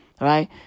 right